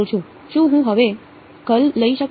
શું હું હવે કર્લ લઈ શકું